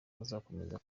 azakomeza